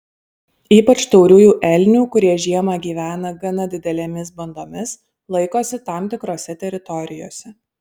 ypač tauriųjų elnių kurie žiemą gyvena gana didelėmis bandomis laikosi tam tikrose teritorijose